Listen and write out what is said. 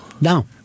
No